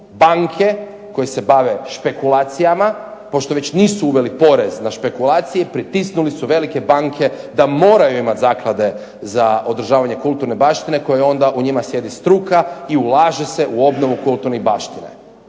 se./… koje se bave špekulacijama, pošto već nisu uveli porez na špekulacije i pritisnuli su velike banke da moraju imati zaklade za održavanje kulturne baštine koji onda u njima sjedi struka i ulaže se u obnovu kulturne baštine.